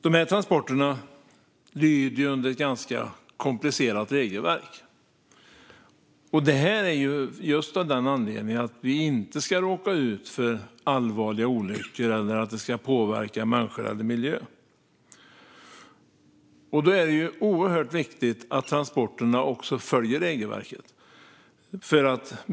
Dessa transporter lyder under ett ganska komplicerat regelverk för att vi inte ska råka ut för allvarliga olyckor eller att de ska påverka människor eller miljö. För att minimera riskerna är det oerhört viktigt att transporterna följer regelverket.